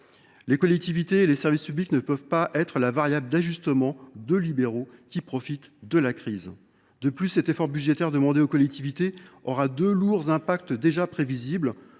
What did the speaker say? Les collectivités territoriales et les services publics ne sauraient être la variable d’ajustement de libéraux qui profitent de la crise. J’ajoute que l’effort budgétaire demandé aux collectivités aura deux lourds impacts déjà prévisibles